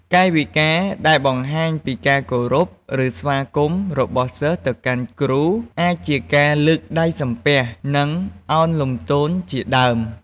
កាយវិការដែលបង្ហាញពីការគោរព ឬ ស្វាគមន៍របស់សិស្សទៅកាន់គ្រូ អាចជាការលើកដៃសំពះ និង ឱនលំទោនជាដើម។